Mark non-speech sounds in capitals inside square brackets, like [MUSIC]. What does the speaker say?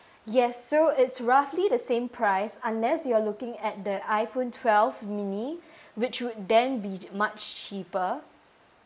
yes so it's roughly the same price unless you're looking at the iPhone twelve mini [BREATH] which would then be much cheaper